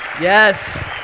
Yes